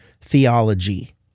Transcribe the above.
theology